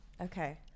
Okay